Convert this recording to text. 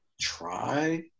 try